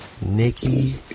Nikki